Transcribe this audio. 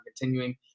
continuing